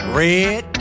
red